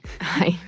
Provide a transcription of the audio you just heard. Hi